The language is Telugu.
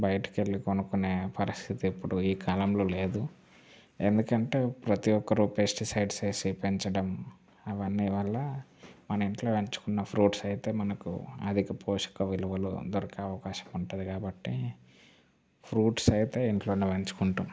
బయటకి వెళ్ళి కొనుక్కునే పరిస్థితి ఇప్పుడు ఈ కాలంలో లేదు ఎందుకంటే ప్రతీ ఒక్కరూ పెస్టిసైడ్స్ వేసి పెంచడం అవన్నీ వల్ల మన ఇంట్లో పెంచుకున్న ఫ్రూట్స్ అయితే మనకు అధిక పోషక విలువలు అందరికీ అవకాశం ఉంటుంది కాబట్టి ఫ్రూట్స్ అయితే ఇంట్లోనే పెంచుకుంటాము